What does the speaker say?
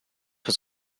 was